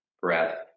breath